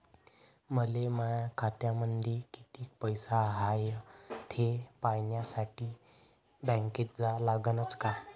मले माया खात्यामंदी कितीक पैसा हाय थे पायन्यासाठी बँकेत जा लागनच का?